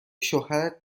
شوهرت